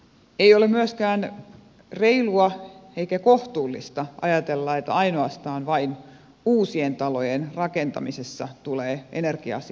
ei ole myöskään reilua eikä kohtuullista ajatella että ainoastaan ja vain uusien talojen rakentamisessa tulee energia asiat huomioitua